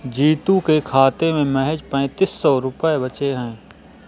जीतू के खाते में महज पैंतीस सौ रुपए बचे हैं